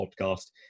podcast